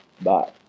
Bye